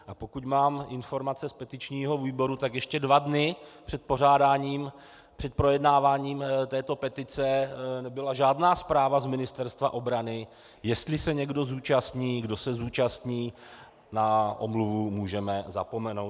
A pokud mám informace z petičního výboru, tak ještě dva dny před projednáváním této petice nebyla žádná zpráva z Ministerstva obrany, jestli se někdo zúčastní, kdo se zúčastní, na omluvu můžeme zapomenout.